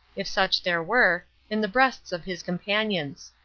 if such there were, in the breasts of his companions.